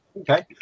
okay